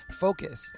focus，